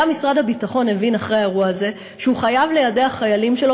גם משרד הביטחון הבין אחרי האירוע הזה שהוא חייב ליידע חיילים שלו